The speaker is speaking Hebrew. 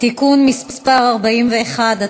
(תיקון מס' 41),